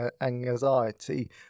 anxiety